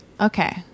Okay